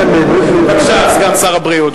בבקשה, סגן שר הבריאות.